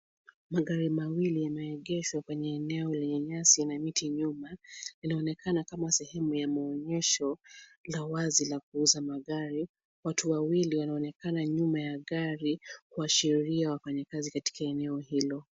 Magari mawili yameegeshwa kwenye eneo lenye nyasi na miti nyuma. Inaonekana kama sehemu ya maonyesho la wazi la kuuza magari. Watu wawili wanaonekana nyuma ya gari kuashiria wafanyikazi katika eneo hilo.